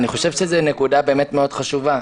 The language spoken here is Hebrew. אני חושב שזאת נקודה באמת מאוד חשובה,